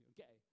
Okay